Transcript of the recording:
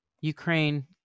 Ukraine